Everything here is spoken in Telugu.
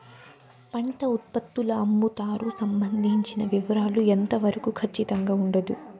పంట ఉత్పత్తుల అమ్ముతారు సంబంధించిన వివరాలు ఎంత వరకు ఖచ్చితంగా ఉండదు?